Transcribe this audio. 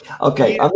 okay